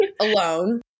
alone